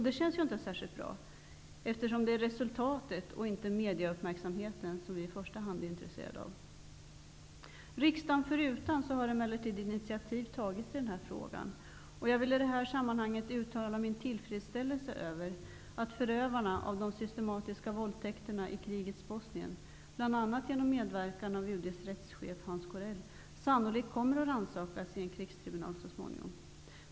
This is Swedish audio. Det känns inte särskilt bra, eftersom det är resultatet och inte medieuppmärksamheten som vi i första hand är intresserade av. Riksdagen förutan har emellertid intiativ tagits i den här fråga. Jag vill i det här sammanhanget uttala min tillfredsställelse över att förövarna av de systematiska våldtäkterna i krigets Bosnien, bl.a. genom medverkan av UD:s rättschef Hans Corell, sannolikt kommer att rannsakas i en krigstribunal så småningom.